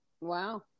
Wow